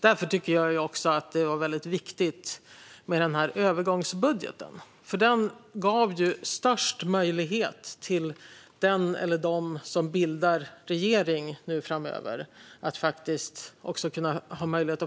Därför tyckte jag att det var viktigt med övergångsbudgeten, för den gav störst möjlighet till den eller dem som bildar regering framöver att